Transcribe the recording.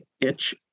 ITCH